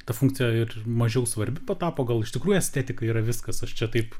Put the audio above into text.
ta funkcija ir mažiau svarbi patapo gal iš tikrųjų estetika yra viskas ar čia taip